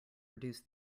reduce